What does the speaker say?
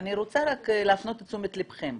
אני רוצה רק להפנות את תשומת ליבכם,